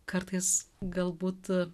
kartais galbūt